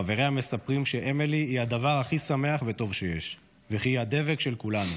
חבריה מספרים שאמילי היא הדבר הכי שמח וטוב שיש וכי היא הדבק של כולנו.